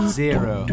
zero